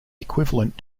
equivalent